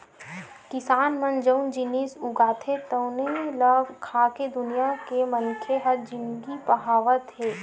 किसान मन जउन जिनिस उगाथे तउने ल खाके दुनिया के मनखे ह जिनगी पहावत हे